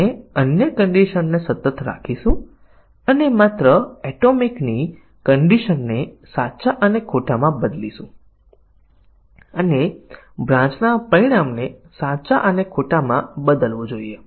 આપણે digit high ને ખોટું અને digit low ને સાચા અને ખોટા રાખવાથી શાખા કવરેજ પ્રાપ્ત કરીએ છીએ પરંતુ digit high જ્યારે સાચું થાય ત્યારે ભૂલ આવી શકે છે